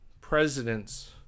presidents